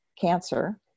cancer